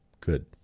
Good